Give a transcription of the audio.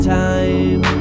time